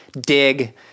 dig